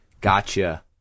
gotcha